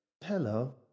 hello